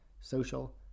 social